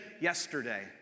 yesterday